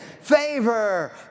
favor